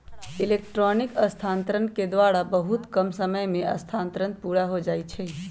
electronic स्थानान्तरण के द्वारा बहुते कम समय में स्थानान्तरण पुरा हो जाइ छइ